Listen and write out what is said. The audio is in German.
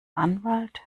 anwalt